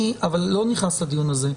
אבל אני לא נכנס לדיון הזה,